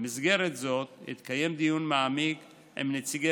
במסגרת זו התקיים דיון מעמיק עם נציגי